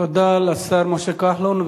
תודה לשר משה כחלון.